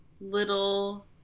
little